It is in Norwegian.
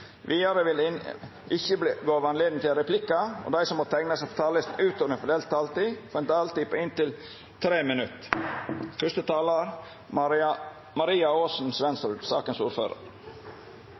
Vidare vil det ikkje verta gjeve høve til replikkar, og dei som måtte teikna seg på talarlista utover den fordelte taletida, får òg ei taletid på inntil 3 minutt.